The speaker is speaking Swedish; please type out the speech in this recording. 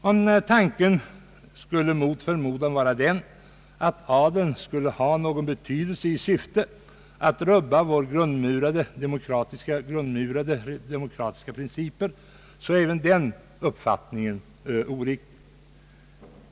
Om tanken mot förmodan skulle vara den att adeln skulle ha någon betydelse, att den skulle vilja rubba våra grundmurade demokratiska principer, så är även den uppfattningen oriktig.